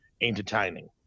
entertaining